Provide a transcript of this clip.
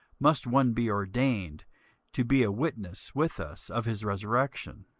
must one be ordained to be a witness with us of his resurrection.